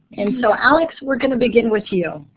and so alex, we're going to begin with you.